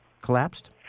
collapsed